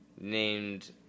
named